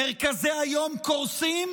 מרכזי היום קורסים,